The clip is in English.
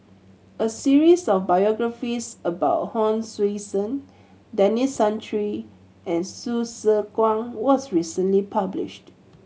a series of biographies about Hon Sui Sen Denis Santry and Hsu Tse Kwang was recently published